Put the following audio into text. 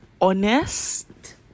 honest